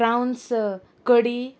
प्रावन्स कडी